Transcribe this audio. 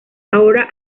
ahora